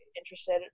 interested